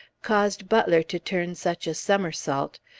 caused butler to turn such a somersault.